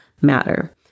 matter